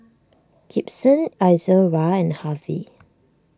Gibson Izora and Harvy